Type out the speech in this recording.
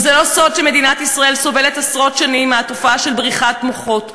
וזה לא סוד שמדינת ישראל סובלת עשרות שנים מהתופעה של בריחת מוחות,